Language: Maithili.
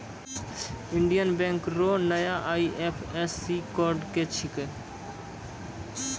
इंडियन बैंक रो नया आई.एफ.एस.सी कोड की छिकै